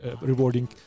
Rewarding